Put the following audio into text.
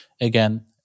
again